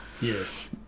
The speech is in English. Yes